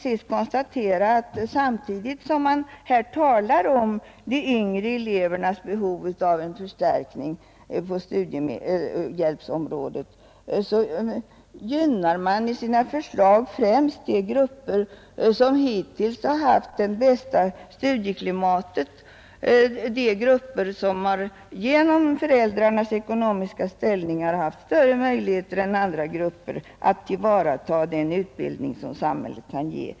Samtidigt som man här talar om de yngre elevernas behov av en förstärkning på studiehjälpsområdet gynnar man i sina förslag främst de grupper som hittills har haft det bästa studieklimatet, de grupper som genom föräldrarnas ekonomiska ställning haft större möjligheter än andra grupper att tillvarata den utbildning som samhället kan ge.